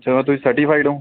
ਤੁਸੀਂ ਸਰਟੀਫਾਈਡ ਹੋ